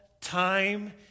time